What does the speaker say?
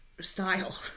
style